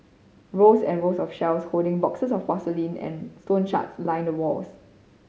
rows and rows of shelves holding boxes of porcelain and stone shards line the walls